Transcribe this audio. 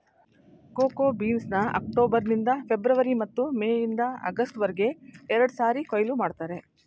cocoa ಬೀನ್ಸ್ನ October ನಿಂದ February ಮತ್ತು ಮೇ ಇಂದ ಆಗಸ್ಟ್ ವರ್ಗೆ ಎರಡ್ಸಾರಿ ಕೊಯ್ಲು ಮಾಡ್ತರೆ